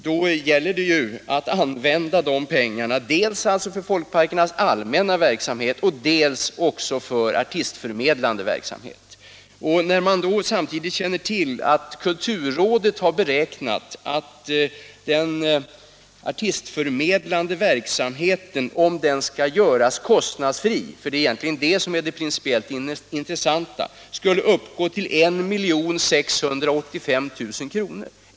Dessa skall användas dels för den allmänna verksamheten, dels för den artistförmedlande verksamheten. Kulturrådet har nu räknat ut, att om den artistförmedlande verksamheten skall göras kostnadsfri — och det är egentligen det som är det principiellt intressanta — så behövs det härför 1685 000 kr.